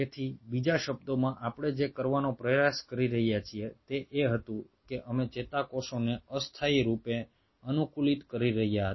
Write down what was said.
તેથી બીજા શબ્દોમાં આપણે જે કરવાનો પ્રયાસ કરી રહ્યા છીએ તે એ હતું કે અમે ચેતાકોષોને અસ્થાયી રૂપે અનુકૂલિત કરી રહ્યા હતા